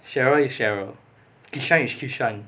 cheryl is cheryl kishan is kishan